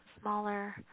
smaller